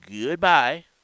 goodbye